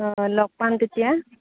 অঁ লগ পাম তেতিয়া